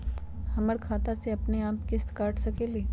हमर खाता से अपनेआप किस्त काट सकेली?